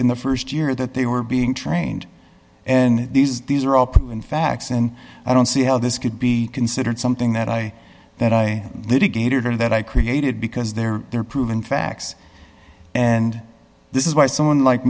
in the st year that they were being trained and these these are all put in facts and i don't see how this could be considered something that i that i litigated or that i created because there are proven facts and this is why someone like